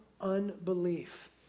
unbelief